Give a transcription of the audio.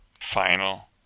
final